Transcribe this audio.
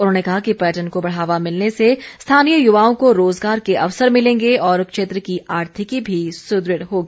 उन्होंने कहा कि पर्यटन को बढ़ावा मिलने से स्थानीय युवाओं को रोजगार के अवसर मिलेंगे और क्षेत्र की आर्थिकी भी सुदृढ़ होगी